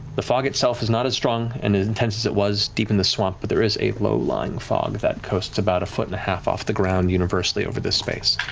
the fog is not as strong and as intense as it was deep in the swamp, but there is a low-lying fog that coasts about a foot and half off the ground, universally, over this space.